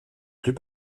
plus